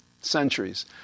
centuries